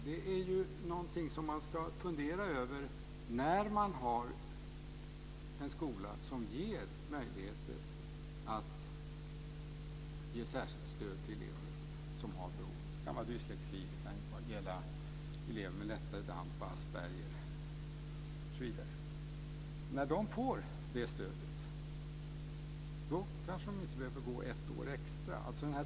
Det är någonting som man ska fundera över när man har en skola med möjligheter att ge särskilt stöd till elever som har behov. Det kan vara dyslexi, elever med lättare DAMP eller Asperger osv. När de får det stödet kanske de inte behöver gå ett år extra.